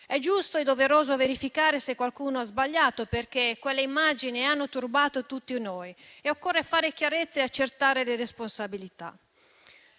È giusto e doveroso verificare se qualcuno ha sbagliato, perché quelle immagini hanno turbato tutti noi e occorre fare chiarezza e accertare le responsabilità.